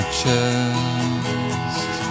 chest